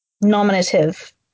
nominative